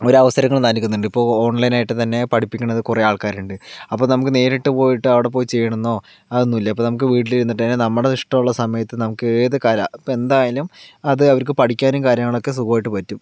ഒരു അവസരങ്ങളും നൽകുന്നുണ്ട് ഇപ്പോൾ ഓൺലൈൻ ആയിട്ട് തന്നെ പഠിപ്പിക്കുന്നത് കുറെ ആൾക്കാരുണ്ട് അപ്പോൾ നമുക്ക് നേരിട്ട് പോയിട്ട് അവിടെ പോയി ചെയ്യണന്നോ അതൊന്നുല്ല ഇപ്പോൾ നമുക്ക് വീട്ടിൽ ഇരുന്നിട്ട് തന്നെ നമ്മുടെ ഇഷ്ടം ഉള്ള സമയത്ത് നമുക്ക് ഏത് കല ഇപ്പോൾ എന്തായാലും അത് അവർക്ക് പഠിക്കാനും കാര്യങ്ങളോക്കെ സുഖമായിട്ട് പറ്റും